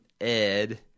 Ed